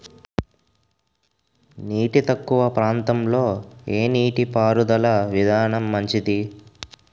నీరు తక్కువ ప్రాంతంలో ఏ నీటిపారుదల విధానం మంచిది?